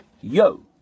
Yo